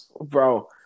Bro